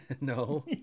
no